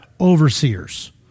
overseers